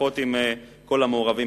פחות עם כל המעורבים.